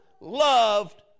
loved